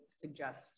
suggest